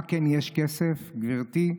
למה כן יש כסף, גברתי,